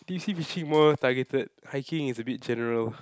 deep sea fishing more targeted hiking is a bit general